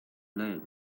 them